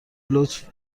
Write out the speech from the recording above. لطف